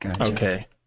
Okay